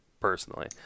personally